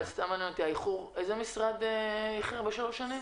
איזה משרד איחר ב-3 שנים?